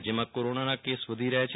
રાજ્યમાં કોરોનાના કેસ વધી રહ્યા છે